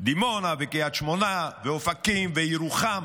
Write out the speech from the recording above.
דימונה וקריית שמונה ואופקים וירוחם